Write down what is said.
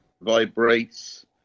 vibrates